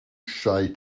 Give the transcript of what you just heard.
shy